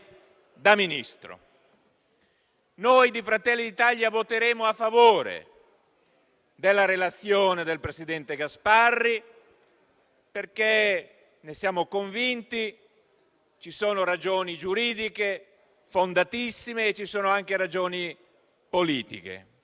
in particolare voterò a favore della relazione del presidente Gasparri, perché condivido appieno quanto ha detto il procuratore di Viterbo, dottor Paolo Auriemma, nel famoso colloquio con il dottor Palamara: